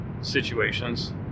situations